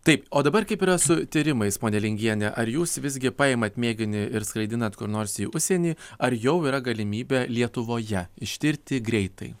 taip o dabar kaip yra su tyrimais ponia lingienė ar jūs visgi paimat mėginį ir skraidinat kur nors į užsienį ar jau yra galimybė lietuvoje ištirti greitai